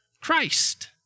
Christ